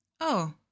Oh